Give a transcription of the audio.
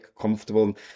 comfortable